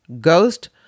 Ghost